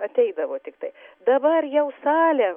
ateidavo tiktai dabar jau salė